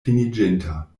finiĝinta